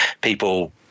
People